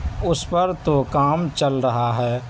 اُس پر تو کام چل رہا ہے